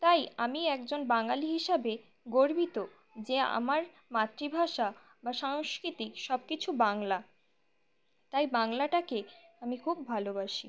তাই আমি একজন বাঙালি হিসাবে গর্বিত যে আমার মাতৃভাষা বা সংস্কৃতি সব কিছু বাংলা তাই বাংলাটাকে আমি খুব ভালোবাসি